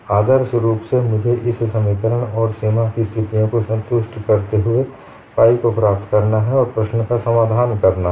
आदर्श रूप से मुझे इस समीकरण और सीमा की स्थितियों को संतुष्ट करते हुए फाइ को प्राप्त करना है और प्रश्न का समाधान करना है